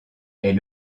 est